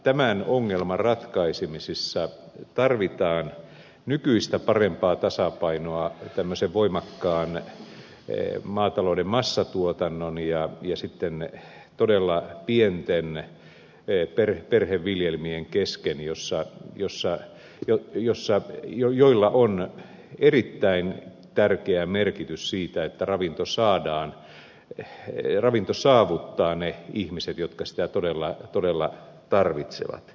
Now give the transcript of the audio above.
tämän ongelman ratkaisemisessa tarvitaan nykyistä parempaa tasapainoa tämmöisen voimakkaan maatalouden massatuotannon ja sitten todella pienten perheviljelmien kesken joilla on erittäin tärkeä merkitys siinä että ravinto saavuttaa ne ihmiset jotka sitä todella tarvitsevat